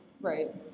Right